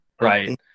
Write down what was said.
Right